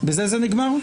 בזה זה נגמר?